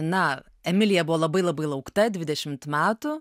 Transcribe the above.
na emilija buvo labai labai laukta dvidešim metų